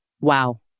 Wow